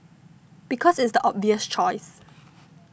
because it's the obvious choice